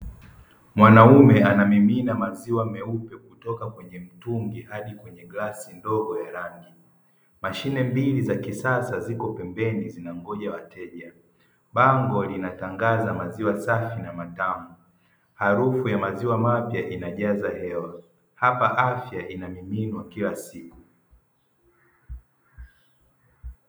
Mwanaume anamimina maziwa meupe kutoka kwenye mtungi hadi kwenye glasi ndogo ya rangi. Mashine mbili za kisasa ziko pembeni, zinangoja wateja. Bango linatangaza maziwa safi na matamu, harufu ya maziwa mapya inajaza hewa; hapa afya inamiminwa kila siku.